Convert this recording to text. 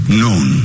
known